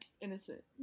Innocent